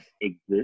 exist